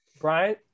Brian